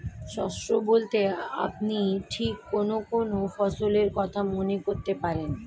শস্য বলতে আপনি ঠিক কোন কোন ফসলের কথা মনে করতে পারেন?